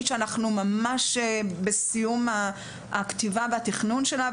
שאנחנו בסיום הכתיבה והתכנון שלה,